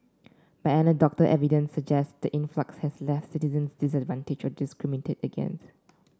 but anecdotal evidence suggest the influx has left citizen by discriminated again